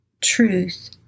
truth